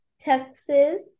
Texas